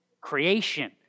Creation